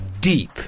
Deep